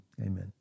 Amen